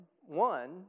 One